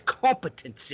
competency